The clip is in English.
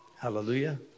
Hallelujah